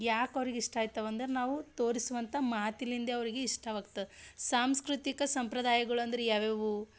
ಯಾಕೆ ಅವ್ರಿಗೆ ಇಷ್ಟ ಆಯ್ತವೆ ಅಂದರೆ ನಾವು ತೋರಿಸುವಂಥ ಮಾತಿಲಿಂದ ಅವ್ರಿಗೆ ಇಷ್ಟವಾಗ್ತದೆ ಸಾಂಸ್ಕೃತಿಕ ಸಂಪ್ರದಾಯಗುಳಂದ್ರೆ ಯಾವ್ಯಾವು